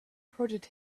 prodded